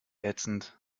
ätzend